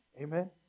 Amen